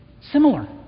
similar